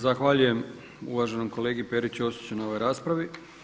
Zahvaljujem uvaženom kolegi Peri Ćosiću na ovoj raspravi.